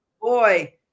Boy